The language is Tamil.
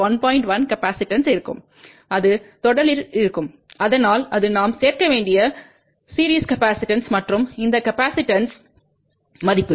1 காப்பாசிட்டன்ஸ் இருக்கும் அது தொடரில் இருக்கும் அதனால் அது நாம் சேர்க்க வேண்டிய சீரிஸ் காப்பாசிட்டன்ஸ் மற்றும் இந்த காப்பாசிட்டன்ஸ் மதிப்பு